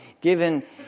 given